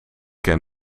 ken